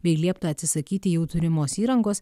bei liepta atsisakyti jau turimos įrangos